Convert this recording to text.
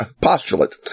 Postulate